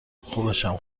خوبشم